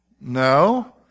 No